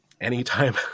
anytime